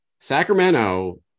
Sacramento